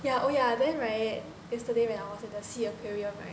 yeah oh yeah then right yesterday when I was in the SEA aquarium right